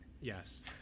Yes